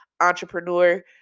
entrepreneur